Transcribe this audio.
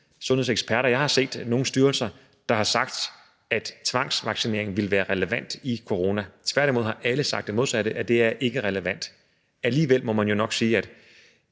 sundhedseksperter, jeg har set, eller nogen styrelser, der har sagt, at tvangsvaccination ville være relevant under corona. Tværtimod har alle sagt det modsatte, nemlig at det ikke er relevant. Alligevel må man jo nok sige, at